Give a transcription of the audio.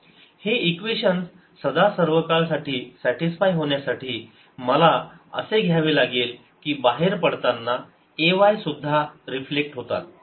हे इक्वेशन सदासर्वकाळ साठी सॅटिस्फाय होण्यासाठी मला असे घ्यावे लागेल की बाहेर पडताना ay सुद्धा रिफ्लेक्ट होतात